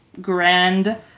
Grand